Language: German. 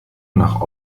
nach